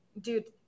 dude